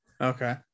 Okay